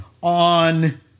on